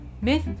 Myth